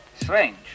Strange